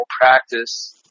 practice